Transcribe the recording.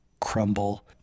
crumble